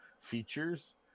features